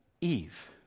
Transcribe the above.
Eve